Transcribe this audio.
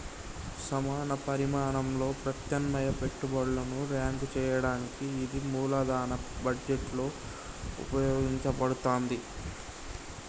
సమాన పరిమాణంలో ప్రత్యామ్నాయ పెట్టుబడులను ర్యాంక్ చేయడానికి ఇది మూలధన బడ్జెట్లో ఉపయోగించబడతాంది